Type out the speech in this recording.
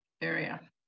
area